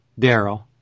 Daryl